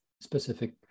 specific